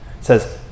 says